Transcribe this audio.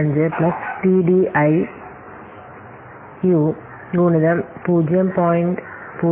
65 plus TDI ഗുണിതം 0